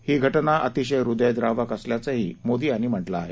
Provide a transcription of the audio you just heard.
ही घटना अतिशय हद्यद्रावक असल्याचंही मोदी यांनी म्हटलं आहे